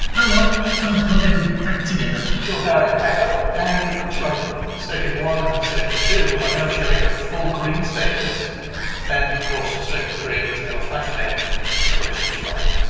oh well time to put everything back together. shore power is back on um and it looks like circuit one and circuit two are now showing a full green status and of course circuit three is gonna flash red for the rest of it's life